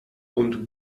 und